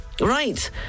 Right